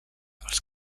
els